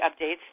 updates